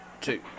two